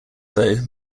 though